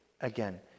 again